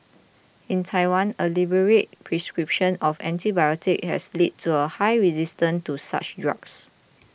in Taiwan a liberal prescription of antibiotics has led to a high resistance to such drugs